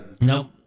no